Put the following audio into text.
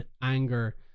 anger